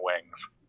wings